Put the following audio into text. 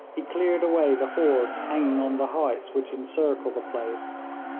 he cleared away the hordes hanging on the heights which encircle the place.